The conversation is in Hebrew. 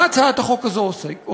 במה הצעת החוק הזו עוסקת?